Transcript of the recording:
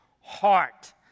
heart